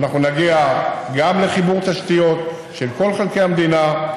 ואנחנו נגיע גם לחיבור תשתיות של כל חלקי המדינה,